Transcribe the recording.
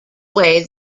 way